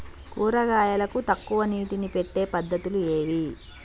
కూరగాయలకు తక్కువ నీటిని పెట్టే పద్దతులు ఏవి?